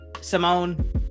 Simone